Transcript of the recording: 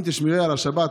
אם תשמרי על השבת,